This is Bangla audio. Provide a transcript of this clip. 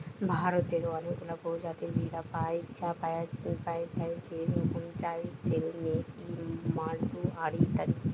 ভারতে অনেকগুলা প্রজাতির ভেড়া পায়া যায় যেরম জাইসেলমেরি, মাড়োয়ারি ইত্যাদি